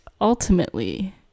ultimately